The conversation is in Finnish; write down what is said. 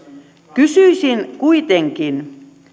kysyisin kuitenkin